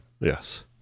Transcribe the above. Yes